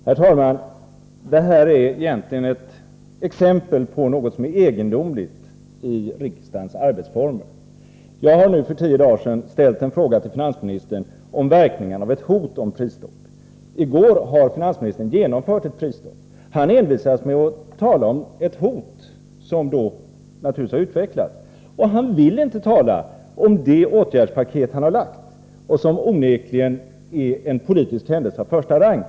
Herr talman! Detta är ett exempel på något som är egendomligt i riksdagens arbetsformer. Jag har för tio dagar sedan ställt en fråga till finansministern om verkningarna av ett hot om prisstopp. I går genomförde finansministern ett prisstopp. Han envisas med att tala om prisstoppet som ett hot trots att det nu blivit verklighet. Finansministern vill inte tala om det åtgärdspaket som han har lagt fram, och som onekligen är en politisk händelse av första rang.